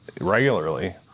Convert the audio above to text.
regularly